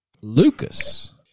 Lucas